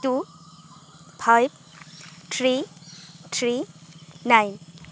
two five three three nine